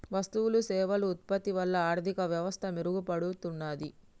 వస్తువులు సేవలు ఉత్పత్తి వల్ల ఆర్థిక వ్యవస్థ మెరుగుపడుతున్నాది